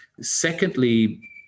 Secondly